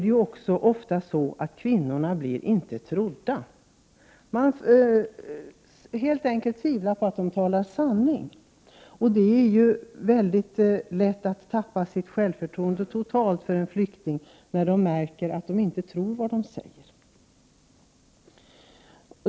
Det är ju ofta så, att kvinnor inte blir trodda. Man tvivlar helt enkelt på att de talar sanning. Detta gäller ofta också flyktingar. Flyktingar tappar väldigt lätt självförtroendet när de märker att folk inte tror vad de säger.